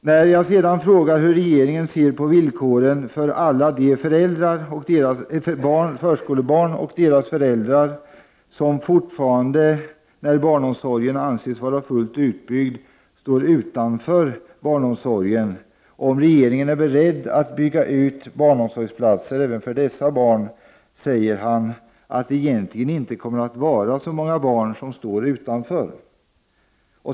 När jag sedan frågar hur regeringen ser på villkoren för alla de förskolebarn och deras föräldrar som även när barnomsorgen anses vara fullt utbyggd står utanför barnomsorgen och om regeringen är beredd att bygga ut barnomsorgsplatser också för dessa barn, svarar Bengt Lindqvist att det egentligen inte kommer att vara så många barn som står utanför.